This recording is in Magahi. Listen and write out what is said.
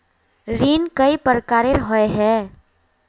ऋण कई प्रकार होए है?